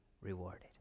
rewarded